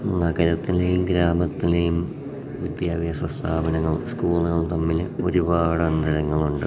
നഗരത്തിലെയും ഗ്രാമത്തിലെയും വിദ്യാഭ്യാസ സ്ഥാപനങ്ങളും സ്കൂളുകളും തമ്മിൽ ഒരുപാട് അന്തരങ്ങളുണ്ട്